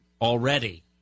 Already